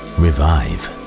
revive